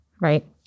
right